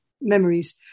memories